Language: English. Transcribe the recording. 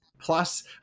plus